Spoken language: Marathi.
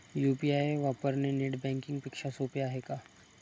यु.पी.आय वापरणे नेट बँकिंग पेक्षा सोपे आहे का?